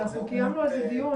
קיימנו על זה דיון,